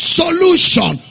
solution